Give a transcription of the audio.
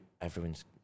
everyone's